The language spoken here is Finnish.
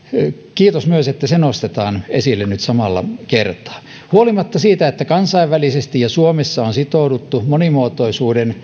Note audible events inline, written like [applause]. kiitos että myös se nostetaan esille nyt samalla kertaa huolimatta siitä että kansainvälisesti ja suomessa on sitouduttu monimuotoisuuden [unintelligible]